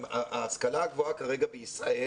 ההשכלה הגבוהה כרגע בישראל,